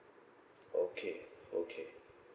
okay okay